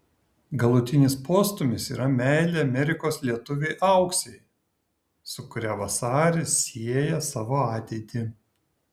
galutinis postūmis yra meilė amerikos lietuvei auksei su kuria vasaris sieja savo ateitį